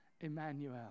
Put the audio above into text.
Emmanuel